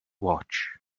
watch